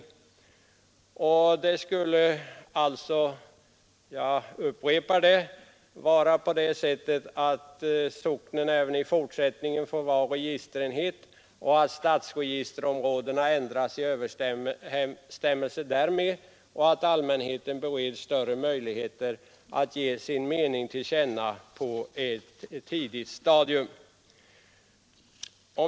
Det skulle alltså vara så — jag upprepar det — att socknen även i fortsättningen får vara registerenhet, att stadsregisterområdena ändras i överensstämmelse därmed och att allmänheten bereds större möjligheter att ge sin mening till känna på ett tidigt stadium.